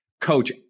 coach